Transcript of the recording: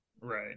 Right